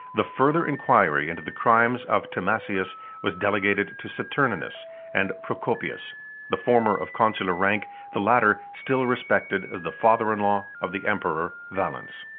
the further inquiry into the crimes of timasius was delegated to saturninus and procopius the former of consular rank, the latter still respected as the father-in-law of the emperor valens.